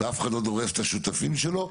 א', אחד לא דורס את השותפים שלו.